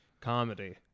comedy